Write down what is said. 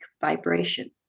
vibration